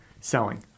selling